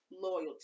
Loyalty